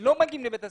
לא מגיעים לבית הספר,